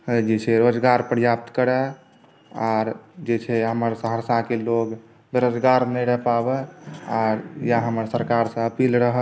जे छै रोजगार प्राप्त करए आर जे छै हमर सहरसाके लोक बेरोजगार नहि रहि पाबै आर याह हमर सरकार से अपील रहत